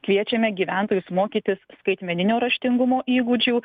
kviečiame gyventojus mokytis skaitmeninio raštingumo įgūdžių